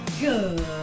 Good